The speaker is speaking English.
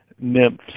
nymphs